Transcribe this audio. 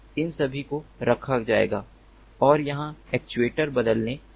इन सभी को रखा जाएगा और जहां एक्ट्यूएटर्स बदलने जा रहे हैं